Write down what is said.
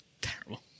terrible